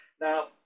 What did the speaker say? now